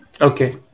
Okay